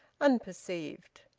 unperceived.